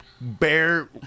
bear